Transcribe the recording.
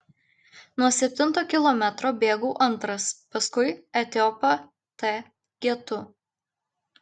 nuo septinto kilometro bėgau antras paskui etiopą t getu